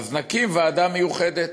אז נקים ועדה מיוחדת.